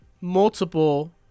multiple